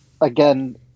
again